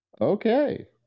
Okay